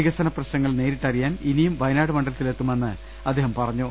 വികസന പ്രശ്നങ്ങൾ നേരിട്ടറിയാൻ ഇനിയും വയനാട് മണ്ഡല ത്തിലെത്തുമെന്ന് അദ്ദേഹം പറഞ്ഞു